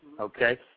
okay